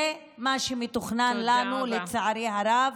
זה מה שמתוכנן לנו, לצערי הרב.